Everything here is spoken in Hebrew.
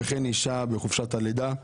וכן אישה בחופשת הלידה.